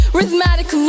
Rhythmatic